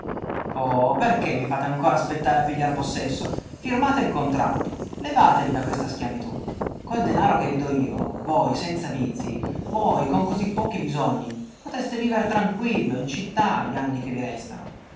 o perché mi fate ancora aspettare a pigliar possesso firmate il contratto levatevi da questa schiavitù col denaro che vi do io voi senza vizii voi con così pochi bisogni potreste viver tranquillo in città gli anni che vi restano